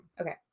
Okay